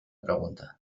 pregunta